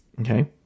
Okay